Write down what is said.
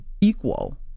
equal